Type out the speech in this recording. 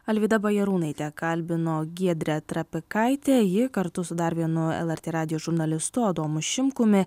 alvyda bajarūnaitė kalbino giedrę trapikaitę ji kartu su dar vienu lrt radijo žurnalistu adomu šimkumi